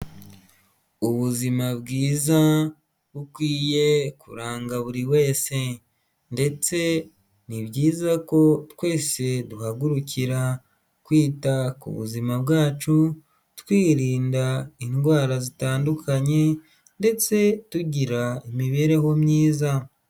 Ubuzima bwiza bukwiye kuranga buri wese ndetse ni byiza ko twese duhagurukira kwita ku buzima bwacu twirinda indwara zitandukanye ndetse tugira imibereho myiza.